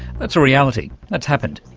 that's a reality, that's happened.